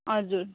हजुर